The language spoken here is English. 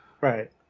Right